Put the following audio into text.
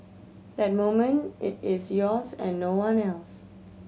that moment it is yours and no one else